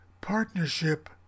partnership